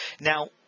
Now